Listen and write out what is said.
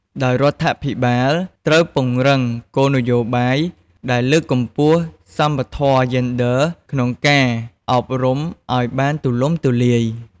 ដោយរដ្ឋាភិបាលត្រូវពង្រឹងគោលនយោបាយដែលលើកកម្ពស់សមធម៌យេនឌ័រក្នុងការអប់រំអោយបានទូលំទូលាយ។